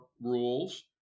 rules